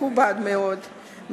מכובד מאוד,